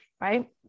right